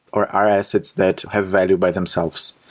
or are assets that have value by themselves.